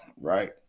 right